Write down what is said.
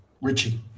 Richie